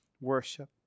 worship